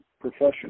profession